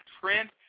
Trent